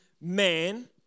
man